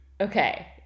okay